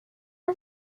are